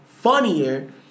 funnier